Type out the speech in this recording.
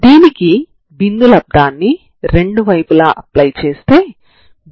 అందువల్ల ఇది hx t అవుతుంది సరేనా